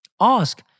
Ask